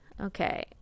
Okay